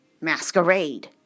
masquerade